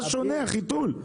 מה שונה החיתול?